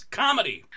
comedy